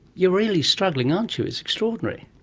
you're really struggling, aren't you, it's extraordinary.